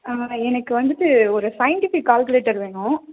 எனக்கு வந்துவிட்டு ஒரு சயின்டிஃபிக் கால்குலேட்டர் வேணும்